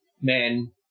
men